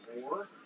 more